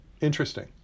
Interesting